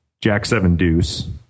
jack-seven-deuce